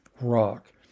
rock